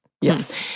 Yes